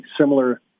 similar